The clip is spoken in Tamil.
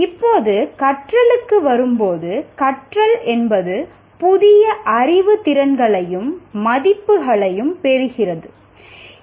இப்போது கற்றலுக்கு வரும்போது "கற்றல் என்பது புதிய அறிவு திறன்களையும் மதிப்புகளையும் பெறுகிறது"